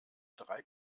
drei